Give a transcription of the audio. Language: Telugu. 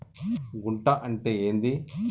గుంట అంటే ఏంది?